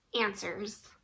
answers